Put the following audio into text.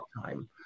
time